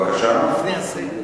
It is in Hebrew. לפני הסגר